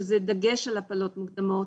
שזה דגש על הפלות מוקדמות,